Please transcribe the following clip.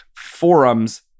forums